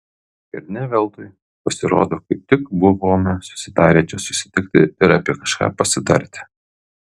ir ne veltui pasirodo kaip tik buvome susitarę čia susitikti ir apie kažką pasitarti